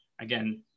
again